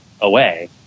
away